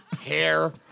Hair